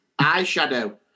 Eyeshadow